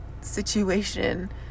situation